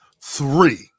three